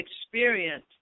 experience